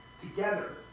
together